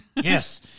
Yes